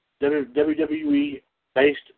WWE-based